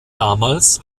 damals